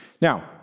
Now